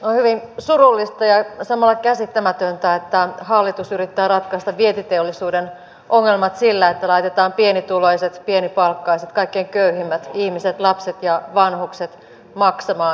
on hyvin surullista ja samalla käsittämätöntä että hallitus yrittää ratkaista vientiteollisuuden ongelmat sillä että laitetaan pienituloiset pienipalkkaiset kaikkein köyhimmät ihmiset lapset ja vanhukset maksamaan